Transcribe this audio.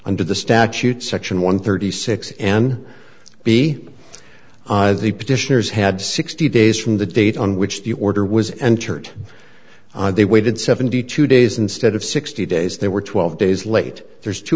under the statute section one thirty six and be the petitioners had sixty days from the date on which the order was entered they waited seventy two days instead of sixty days they were twelve days late there's two